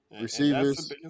receivers